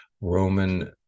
Roman